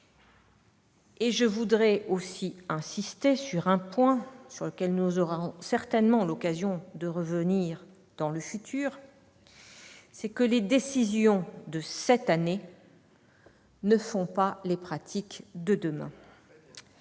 Je voudrais enfin insister sur un point, sur lequel nous aurons certainement l'occasion de revenir dans le futur : les décisions de cette année ne font pas les pratiques de demain.